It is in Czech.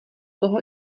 toho